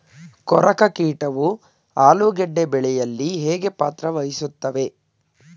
ಕೊರಕ ಕೀಟವು ಆಲೂಗೆಡ್ಡೆ ಬೆಳೆಯಲ್ಲಿ ಹೇಗೆ ಪಾತ್ರ ವಹಿಸುತ್ತವೆ?